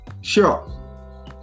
Sure